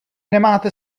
nemáte